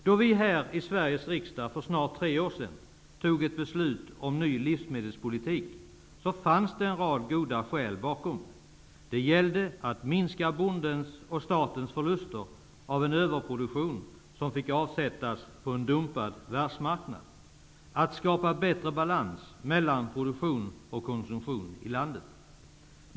Då vi här i Sveriges riksdag för snart tre år sedan fattade ett beslut om ny livsmedelspolitik, fanns det en rad goda skäl bakom. Det gällde att minska bondens och statens förluster av en överproduktion som fick avsättas på en dumpad världsmarknad, att skapa bättre balans mellan produktion och konsumtion i landet.